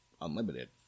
unlimited